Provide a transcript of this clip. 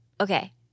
okay